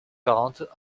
quarante